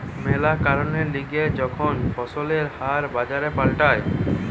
ম্যালা কারণের লিগে যখন ফসলের হার বাজারে পাল্টায়